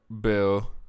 Bill